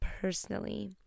personally